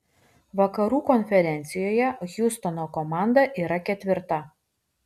vakarų konferencijoje hjustono komanda yra ketvirta